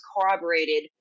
corroborated